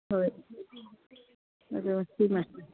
ꯍꯣꯏ ꯑꯗꯣ ꯁꯤꯃ